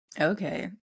Okay